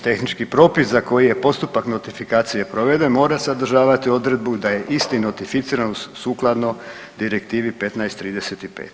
Tehnički propis za koji je postupak notifikacije proveden mora sadržavati odredbu da je isti notificiran sukladno Direktivi 1535.